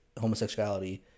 homosexuality